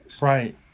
Right